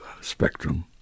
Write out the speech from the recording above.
spectrum